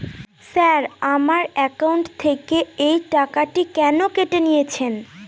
Sir আমার account থেকে এই টাকাটি কেন কেটে নিয়েছেন?